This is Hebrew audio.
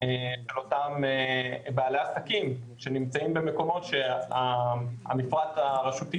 של אותם בעלי עסקים שנמצאים במקומות שהמפרט הרשותי